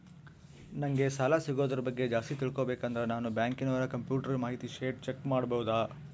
ನಂಗೆ ಸಾಲ ಸಿಗೋದರ ಬಗ್ಗೆ ಜಾಸ್ತಿ ತಿಳಕೋಬೇಕಂದ್ರ ನಾನು ಬ್ಯಾಂಕಿನೋರ ಕಂಪ್ಯೂಟರ್ ಮಾಹಿತಿ ಶೇಟ್ ಚೆಕ್ ಮಾಡಬಹುದಾ?